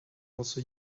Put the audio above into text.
also